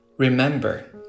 Remember